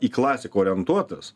į klasiką orientuotas